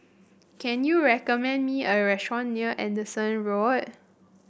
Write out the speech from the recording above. can you recommend me a restaurant near Anderson Road